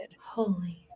Holy